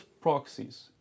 proxies